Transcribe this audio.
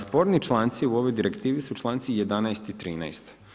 Sporni članci u ovoj direktivi su članci 11. i 13.